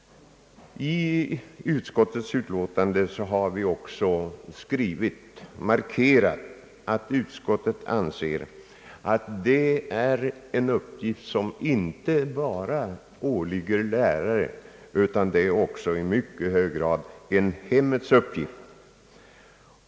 I utskottets utlåtande markerar vi detta och skriver att utskottet anser att de ungas fostran är en uppgift som inte bara åligger lärarna utan också i mycket hög grad är en hemmens uppgift.